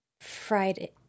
Friday